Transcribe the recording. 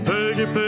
Peggy